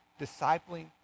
discipling